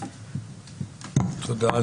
תודה.